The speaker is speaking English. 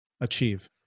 achieve